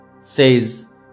says